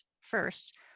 first